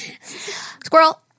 squirrel